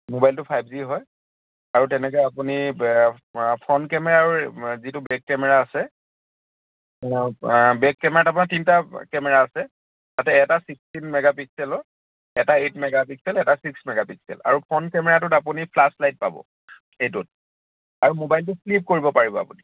মোবাইলটো five G হয় আৰু তেনেকৈ আপুনি ফ্ৰণ্ট কেমেৰা আৰু যিটো বেক কেমেৰা আছে বেক কেমেৰাত আপোনাৰ তিনিটা কেমেৰা আছে তাতে এটা ছিক্সটিন মেগাপিক্সেলৰ এটা এইট মেগাপিক্সেল এটা ছিক্স মেগাপিক্সেল আৰু ফ্ৰণ্ট কেমেৰাটোত আপুনি ফ্লেছ লাইট পাব এইটোত আৰু মোবাইলটো ফ্লিপ কৰিব পাৰিব আপুনি